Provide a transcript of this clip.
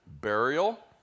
burial